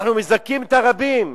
אנחנו מזכים את הרבים.